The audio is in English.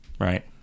Right